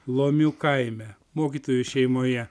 lomių kaime mokytojų šeimoje